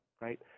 right